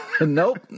nope